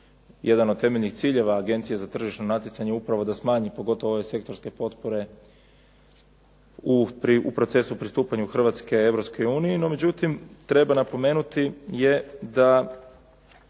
jedan od temeljnih ciljeva Agencije za tržišno natjecanje upravo da smanji pogotovo ove sektorske potpore u procesu pristupanja Hrvatske Europskoj uniji. No međutim, treba napomenuti da